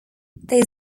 there